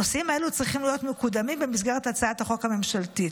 הנושאים האלה צריכים להיות מקודמים במסגרת הצעת החוק הממשלתית.